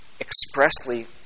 expressly